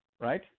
right